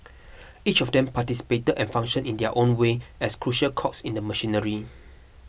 each of them participated and functioned in their own way as crucial cogs in the machinery